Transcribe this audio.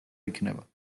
იქნება